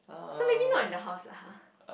so maybe not in the house lah [hah]